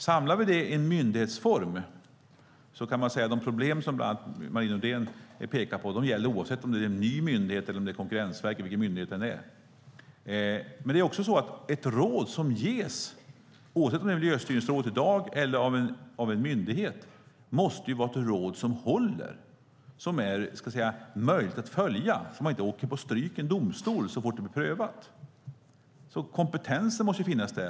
Samlar vi detta i en myndighetsform kan man säga att de problem som bland andra Marie Nordén pekade på gäller oavsett om det är en ny myndighet eller om det är Konkurrensverket, alltså oavsett vilken myndighet det är. Men ett råd som ges, oavsett om det är från Miljöstyrningsrådet i dag eller från en myndighet, måste vara ett råd som håller och som är möjligt att följa så att man inte åker på stryk i en domstol så fort det blir prövat. Kompetensen måste alltså finnas där.